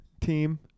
team